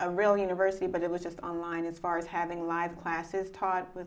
a real university but it was just online as far as having live classes taught with